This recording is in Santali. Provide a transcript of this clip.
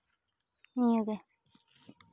ᱱᱤᱭᱟᱹᱜᱮ